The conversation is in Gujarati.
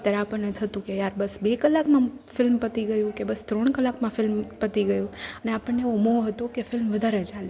ત્યારે આપણને થતું કે યાર બસ બે કલાકમાં ફિલ્મ પતી ગયું કે બસ ત્રણ કલાકમાં ફિલ્મ પતી ગયું ને આપણને એવો મોહ હતો કે ફિલ્મ વધારે ચાલે